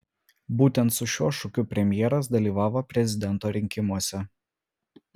būtent su šiuo šūkiu premjeras dalyvavo prezidento rinkimuose